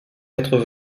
quatre